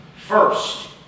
first